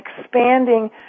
expanding